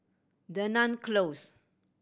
Dunearn Close